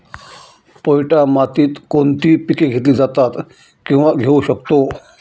पोयटा मातीत कोणती पिके घेतली जातात, किंवा घेऊ शकतो?